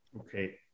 Okay